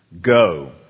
go